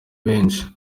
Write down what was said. benshi